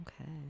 Okay